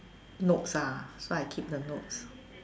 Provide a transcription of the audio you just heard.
notes ah so I keep the notes